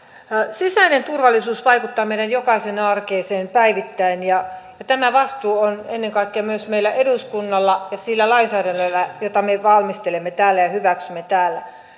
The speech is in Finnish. sisäinen turvallisuus vaikuttaa meidän jokaisen arkeen päivittäin tämä vastuu on ennen kaikkea myös meillä eduskunnalla ja sillä lainsäädännöllä jota me valmistelemme ja hyväksymme täällä